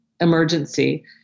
emergency